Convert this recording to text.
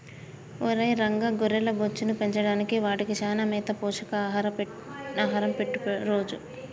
ఒరై రంగ గొర్రెల బొచ్చును పెంచడానికి వాటికి చానా మేత పోషక ఆహారం పెట్టు రోజూ